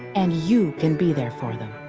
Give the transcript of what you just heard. and you can be there for them,